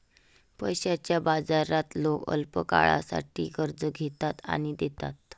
पैशाच्या बाजारात लोक अल्पकाळासाठी कर्ज घेतात आणि देतात